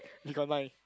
we got nine